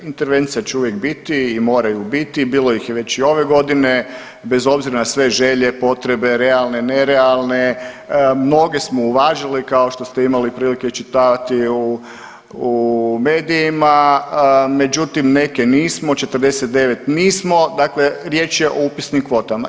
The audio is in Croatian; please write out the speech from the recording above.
Intervencija će uvijek biti i moraju biti, bilo ih je već i ove godine bez obzira na sve želje, potrebe, realne, nerealne mnoge smo uvažili kao što ste imali prilike čitavati u medijima, međutim neke nismo 49 nismo, dakle riječ je o upisnim kvotama.